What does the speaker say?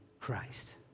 Christ